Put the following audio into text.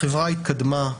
החברה התקדמה.